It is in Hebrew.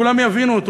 כולם יבינו אותו.